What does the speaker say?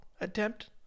attempt